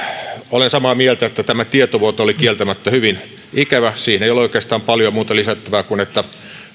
olen samaa mieltä että tämä tietovuoto oli kieltämättä hyvin ikävä siihen ei ole oikeastaan paljon muuta lisättävää kuin että